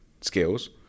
skills